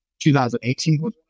2018